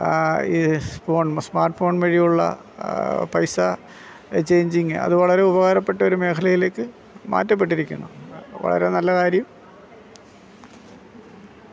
ഈ phone smart phone വഴിയുള്ള പൈസ ചെയ്ഞ്ചിങ് അത് വളരെ ഉപകാരപ്പെട്ട ഒരു മേഖലയിലേക്ക് മാറ്റപ്പെട്ടിരിക്കുന്നു വളരെ നല്ല കാര്യം